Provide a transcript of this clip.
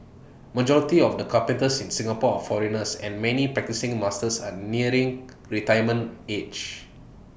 majority of the carpenters in Singapore are foreigners and many practising masters are nearing retirement age